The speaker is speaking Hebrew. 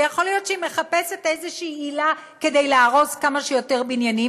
ויכול להיות שהיא מחפשת עילה כלשהי להרוס כמה שיותר בניינים.